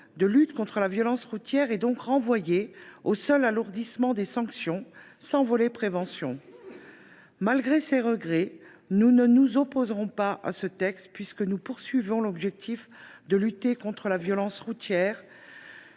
à lutter contre la violence routière, se cantonne pourtant à un alourdissement des sanctions, sans volet de prévention. Malgré ces regrets, nous ne nous opposerons pas à ce texte, puisque nous souhaitons renforcer la lutte contre la violence routière.